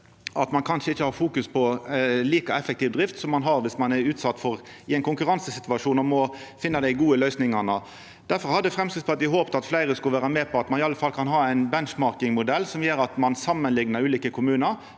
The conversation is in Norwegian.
at ein kanskje ikkje har fokus på like effektiv drift som ein har viss ein er i ein konkurransesituasjon og må finna dei gode løysingane. Difor hadde Framstegspartiet håpt at fleire skulle vera med på at ein i alle fall kan ha ein benchmarking-modell, som gjer at ein samanliknar ulike kommunar,